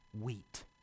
wheat